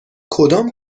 کدام